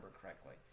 correctly